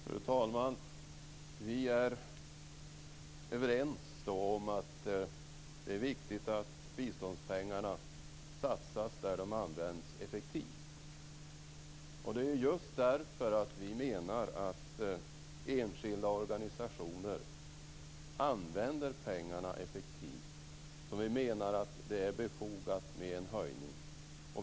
Fru talman! Vi är överens om att det är viktigt att biståndspengarna satsas där de används effektivt. Det är just därför att vi menar att enskilda organisationer använder pengarna effektivt som vi menar att det är befogat med en höjning.